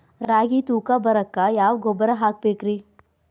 ರಾಗಿ ತೂಕ ಬರಕ್ಕ ಯಾವ ಗೊಬ್ಬರ ಹಾಕಬೇಕ್ರಿ?